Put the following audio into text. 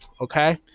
Okay